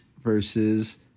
versus